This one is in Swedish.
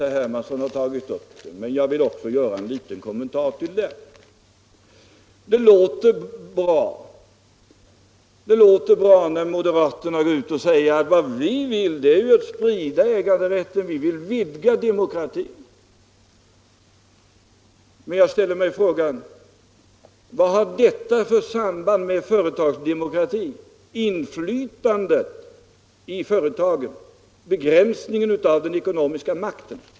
Herr Hermansson har tagit upp den frågan, och jag vill också göra en liten kommentar. Det låter bra när moderaterna går ut och säger: Vad vi moderater vill är att sprida äganderätten; vi vill på det sättet vidga demokratin. Men jag ställer mig frågan: Vad har detta för samband med företagsdemokratin, inflytandet i företagen och begränsningen av den ekonomiska makten?